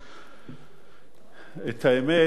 האמת,